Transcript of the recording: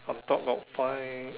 on top got five